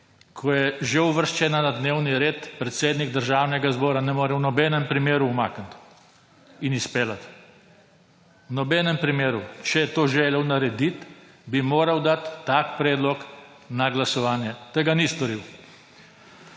ko je že uvrščena na dnevni red, predsednik Državnega zbora ne more v nobenem primeru umakniti in izpeljati, v nobenem primeru. Če je to želel narediti, bi moral dati tak predlog na glasovanje. Tega ni storil.